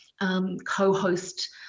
co-host